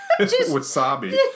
wasabi